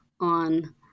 on